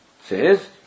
Says